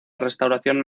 restauración